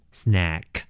snack